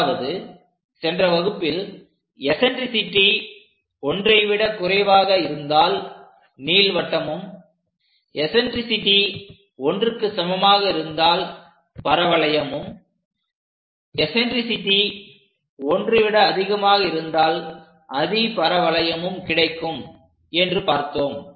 அதாவது சென்ற வகுப்பில் எஸன்ட்ரிசிட்டி 1 விட குறைவாக இருந்தால் நீள்வட்டமும் எஸன்ட்ரிசிட்டி 1க்கு சமமாக இருந்தால் பரவளையமும் எஸன்ட்ரிசிட்டி 1 விட அதிகமாக இருந்தால் அதிபரவளையமும் கிடைக்கும் என்று பார்த்தோம்